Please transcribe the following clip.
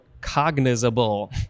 cognizable